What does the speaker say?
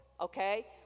okay